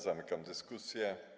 Zamykam dyskusję.